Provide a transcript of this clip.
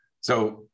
So-